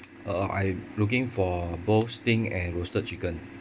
uh I'm looking for both steamed and roasted chicken